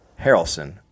Harrelson